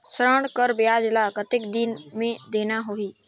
ऋण कर ब्याज ला कतेक दिन मे देना होही?